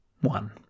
One